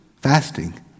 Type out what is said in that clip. fasting